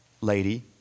lady